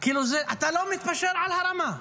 אתה לא מתפשר על הרמה.